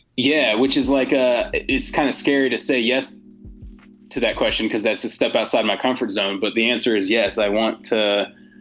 yeah, which is like a it's kind of scary to say yes to that question because that's a step outside my comfort zone but the answer is yes. i want to.